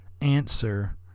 answer